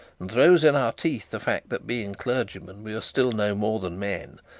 and throws in our teeth the fact that being clergymen we are still no more then men,